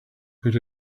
put